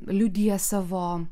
liudija savo